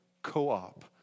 Co-op